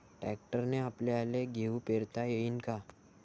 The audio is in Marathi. ट्रॅक्टरने आपल्याले गहू पेरता येईन का?